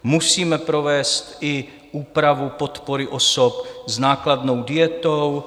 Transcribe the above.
Musíme provést i úpravu podpory osob s nákladnou dietou.